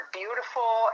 beautiful